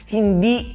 hindi